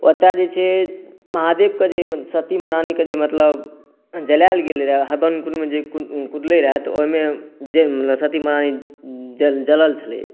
ओतय जे छै महादेवक जे सती महारानीके जे मतलब जलाओल गेल रहै हवनकुण्डमे जे कूदले रहै ओहिमे जे सती महारानी जलल छलैया